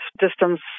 distance